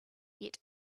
yet